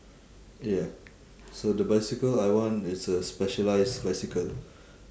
ya so the bicycle I want is a specialised bicycle